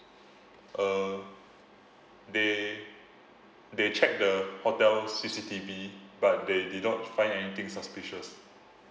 uh they they check the hotel's C_C_T_V but they did not find anything suspicious